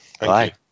bye